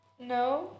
No